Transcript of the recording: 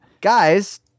Guys